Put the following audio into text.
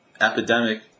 epidemic